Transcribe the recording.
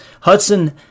Hudson